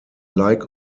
like